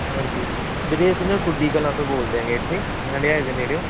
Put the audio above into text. ਹਾਂਜੀ ਵੀਰੇ ਅਸੀਂ ਨਾ ਖੁੱਡੀ ਕਲਾਂ ਤੋਂ ਬੋਲਦੇ ਆਗੇ ਇੱਥੇ ਹੰਢਾਏ ਦੇ ਨੇੜਿਓਂ